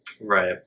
Right